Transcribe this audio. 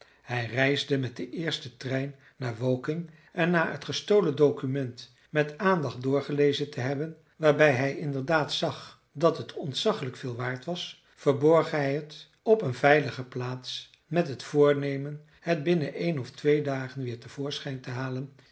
hij reisde met den eersten trein naar woking en na het gestolen document met aandacht doorgelezen te hebben waarbij hij inderdaad zag dat het ontzaglijk veel waard was verborg hij het op een veilige plaats met het voornemen het binnen een of twee dagen weer te voorschijn te halen